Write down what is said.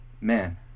man